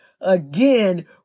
again